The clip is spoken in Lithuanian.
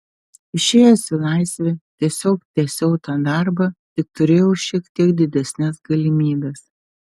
išėjęs į laisvę tiesiog tęsiau tą darbą tik turėjau šiek tiek didesnes galimybes